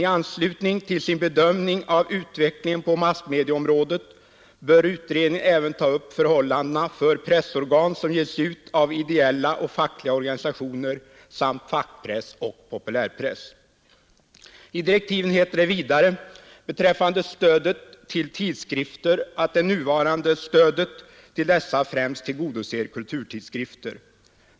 I anslutning till sin bedömning av utvecklingen på massmediaområdet bör utredningen även ta upp förhållanden för pressorgan som ges ut av ideella och fackliga organisationer samt fackpress och populärpress.” I direktiven heter det vidare beträffande stöd till tidskrifter att det nuvarande stödet till dessa främst tillgodoser kulturtidskrifter.